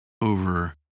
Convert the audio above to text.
over